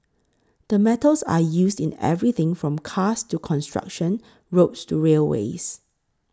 the metals are used in everything from cars to construction roads to railways